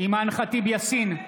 אימאן ח'טיב יאסין,